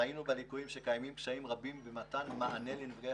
ליקויים: ראינו שהיו קשיים רבים במתן מענה לנפגעי